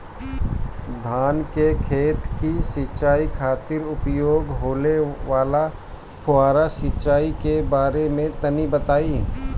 धान के खेत की सिंचाई खातिर उपयोग होखे वाला फुहारा सिंचाई के बारे में तनि बताई?